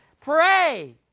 pray